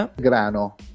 grano